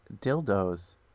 dildos